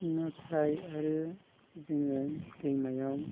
नाथाय आरो जोङो दैमायाव